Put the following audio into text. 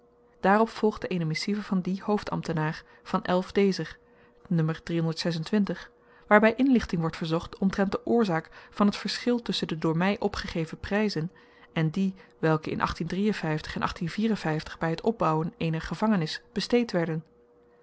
daarop volgde eene missive van dien hoofdambtenaar van waarby inlichting wordt verzocht omtrent de oorzaak van het verschil tusschen de door my opgegeven pryzen en die welke in bij het opbouwen eener gevangenis besteed werden